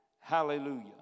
Hallelujah